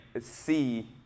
see